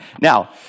Now